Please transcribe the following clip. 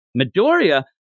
Midoriya